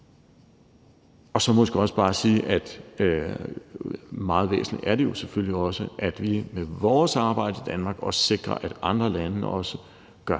jeg måske også bare sige, at meget væsentligt er det jo selvfølgelig også, at vi med vores arbejde i Danmark også sikrer, at andre lande også gør